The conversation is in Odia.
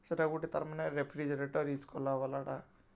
ସେଟା ଗୁଟେ ତା'ର୍ମାନେ ରେଫ୍ରିଜେଟର୍ ୟୁଜ୍ କର୍ଲା ଟା